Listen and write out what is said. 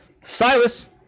Silas